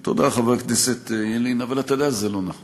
תודה, חבר הכנסת ילין, אבל אתה יודע שזה לא נכון.